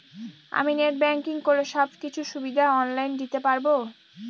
আমি net banking করে সব কিছু সুবিধা অন লাইন দিতে পারবো?